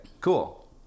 Cool